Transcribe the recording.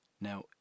Now